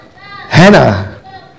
Hannah